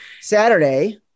Saturday